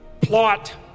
plot